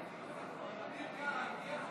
שאלה: אביר קארה הגיע?